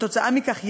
כתוצאה מכך,